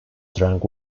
drank